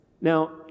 Now